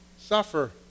suffer